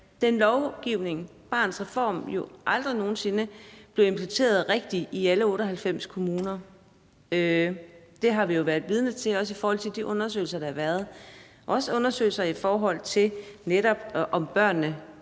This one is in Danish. den lovgivning, Barnets Reform, aldrig nogen sinde blev implementeret rigtigt i alle 98 kommuner. Det har vi været vidne til, også i forhold til de undersøgelser, der har været – også undersøgelser, i forhold til om børnene